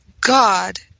God